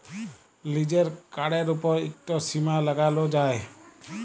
লিজের কাড়ের উপর ইকট সীমা লাগালো যায়